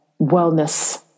wellness